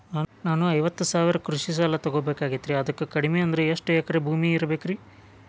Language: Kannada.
ನಾನು ಐವತ್ತು ಸಾವಿರ ಕೃಷಿ ಸಾಲಾ ತೊಗೋಬೇಕಾಗೈತ್ರಿ ಅದಕ್ ಕಡಿಮಿ ಅಂದ್ರ ಎಷ್ಟ ಎಕರೆ ಭೂಮಿ ಇರಬೇಕ್ರಿ?